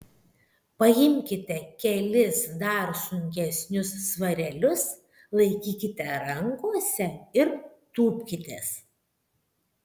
paimkite kelis dar sunkesnius svarelius laikykite rankose ir tūpkitės